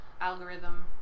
Algorithm